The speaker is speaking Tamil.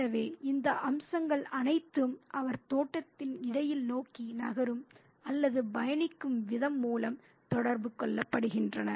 எனவே இந்த அம்சங்கள் அனைத்தும் அவர் தோட்டத்தின் இடத்தை நோக்கி நகரும் அல்லது பயணிக்கும் விதம் மூலம் தொடர்பு கொள்ளப்படுகின்றன